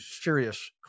serious